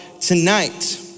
tonight